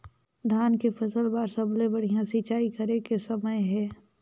धान के फसल बार सबले बढ़िया सिंचाई करे के समय हे?